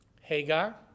Hagar